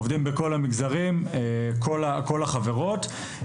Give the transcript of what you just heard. אנחנו עובדים בכל המגזרים וכל החברות.